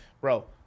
bro